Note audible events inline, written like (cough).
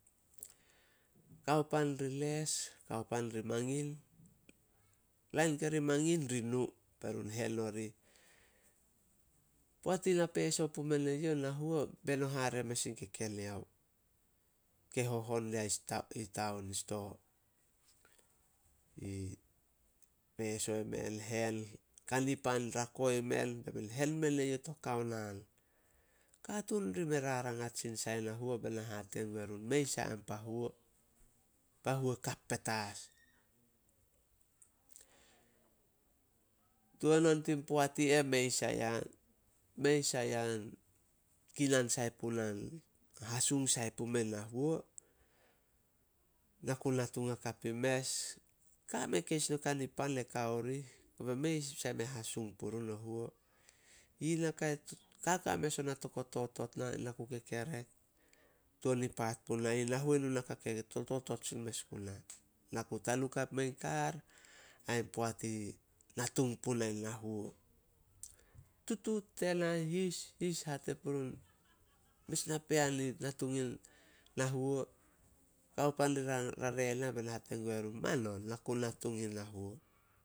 Kao pan ri les, kao pan ri mangin. Lain kari mangin ri nu be run hen orih. Poat ina pso pumen e youh na huo, beno hare mes in kekeneo, ke hohon dia (unintelligible) i sto. I peso i men hen, kani pan rako i men. Be men hen mene youh to gao naan. Katuun ri me rarangat sai sin in na huo be na hate gue run, "Mei sai ah pa huo, pa huo kap petas." Tuan on tin poat i eh, mei sai ah, mei sai an kinan sai puna hasung sai pumei na huo. Na ku natung hakap in mes. Kame keis nin kanipan e kao rih, kobe mei sai a hasung purun o huo. Yi naka (unintelligible) kaka mes ona to go totot na, na ku kekerek tuan i paat puna ih. Na huenu naka k totot mes sin guna. Na ku tanukap mein kar ain poat i natung punai na huo. Tutuut tena i his-his, hate purun, mes napean i natung in na huo. Kao pan ri ra- rare na bai na hate gue run, "Manon, na ku natung in na huo."